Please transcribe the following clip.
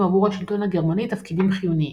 עבור השלטון הגרמני תפקידים חיוניים.